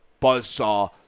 buzzsaw